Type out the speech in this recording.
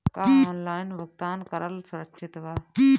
का ऑनलाइन भुगतान करल सुरक्षित बा?